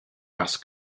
parce